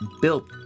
built